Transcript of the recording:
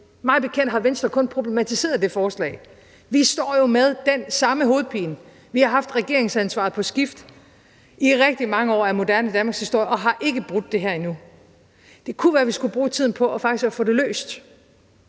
Mig bekendt har Venstre kun problematiseret det forslag. Vi står jo med den samme hovedpine. Vi har haft regeringsansvaret på skift i rigtig mange år af den moderne danmarkshistorie og har ikke brudt det her endnu. Det kunne være, at vi skulle bruge tiden på faktisk at få det løst,